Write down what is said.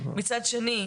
מצד שני,